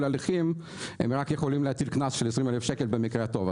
הליכים הם יכולים להטיל קנס של 20,000 שקל במקרה הטוב.